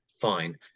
fine